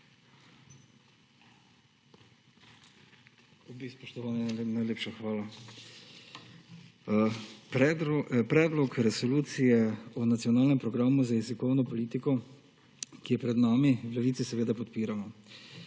/ nerazumljivo/ najlepša hvala. Predlog resolucije o nacionalnem programu za jezikovno politiko, ki je pred nami, v Levici seveda podpiramo.